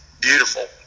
beautiful